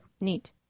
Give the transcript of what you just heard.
Neat